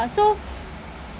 so